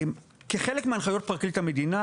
כחלק מהנחיות פרקליט המדינה,